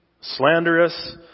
slanderous